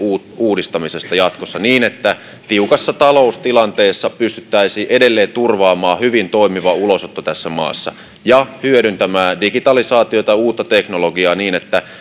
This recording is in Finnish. uudistamisesta jatkossa niin että tiukassa taloustilanteessa pystyttäisiin edelleen turvaamaan hyvin toimiva ulosotto tässä maassa ja hyödyntämään digitalisaatiota uutta teknologiaa niin että